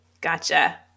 Gotcha